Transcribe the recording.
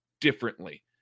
differently